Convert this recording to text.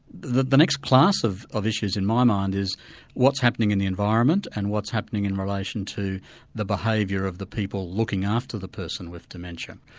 the the next class of of issues in my mind is what's happening in the environment and what's happening in relation to the behaviour of the people looking after the person with dementia.